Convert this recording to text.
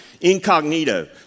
incognito